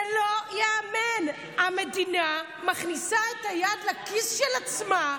זה לא ייאמן, המדינה מכניסה את היד לכיס של עצמה,